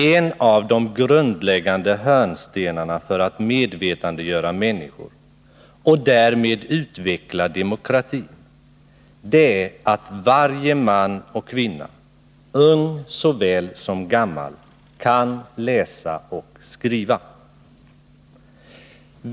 En av hörnstenarna för att medvetandegöra människor och därmed utveckla demokratin är att varje man och kvinna, ung såväl som gammal, kan läsa och skriva.